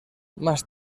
más